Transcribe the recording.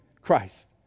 Christ